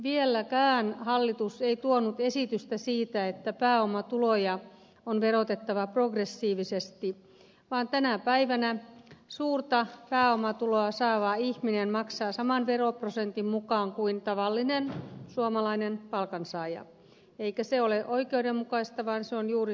vieläkään hallitus ei tuonut esitystä siitä että pääomatuloja on verotettava progressiivisesti vaan tänä päivänä suurta pääomatuloa saava ihminen maksaa saman veroprosentin mukaan kuin tavallinen suomalainen palkansaaja eikä se ole oikeudenmukaista vaan se on juuri sitä tasaveroa